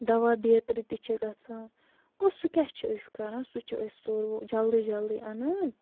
دَوا بیترِ تہِ چھِ گَژھان گوٚو سُہ کیٛاہ چھِ أسۍ کَران سُہ چھِ أسۍ تور وۄنۍ جلدی جلدی اَنان